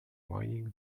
mining